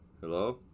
Hello